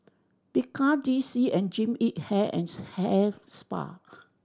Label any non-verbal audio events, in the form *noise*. Bika D C and Jean Yip Hair and *unintelligible* Hair Spa